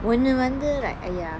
when you wonder like !aiya!